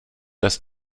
das